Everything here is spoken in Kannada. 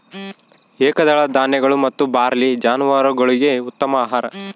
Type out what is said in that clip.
ಏಕದಳ ಧಾನ್ಯಗಳು ಮತ್ತು ಬಾರ್ಲಿ ಜಾನುವಾರುಗುಳ್ಗೆ ಉತ್ತಮ ಆಹಾರ